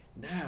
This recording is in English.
now